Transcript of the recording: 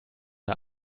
der